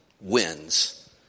wins